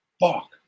fuck